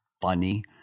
funny